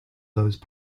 those